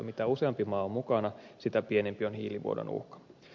mitä useampi maa on mukana sitä pienempi on hiilivuodon uhka